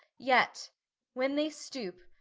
yet when they stoupe,